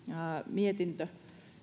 mietintö